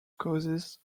causes